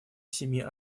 семи